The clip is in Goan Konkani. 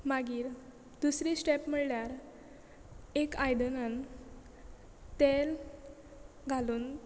मागीर दुसरी स्टेप म्हणल्यार एक आयदनान तेल घालून